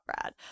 Brad